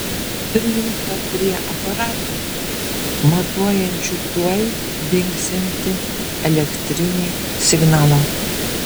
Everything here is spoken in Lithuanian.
prijungta prie aparatų matuojančių tuoj dingsiantį elektrinį signalą